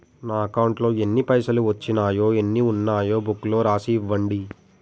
నా అకౌంట్లో ఎన్ని పైసలు వచ్చినాయో ఎన్ని ఉన్నాయో బుక్ లో రాసి ఇవ్వండి?